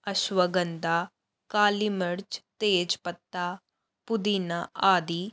ਅਸ਼ਵਗੰਧਾ ਕਾਲੀ ਮਿਰਚ ਤੇਜ ਪੱਤਾ ਪੁਦੀਨਾ ਆਦਿ